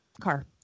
car